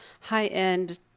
high-end